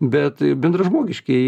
bet bendražmogiškieji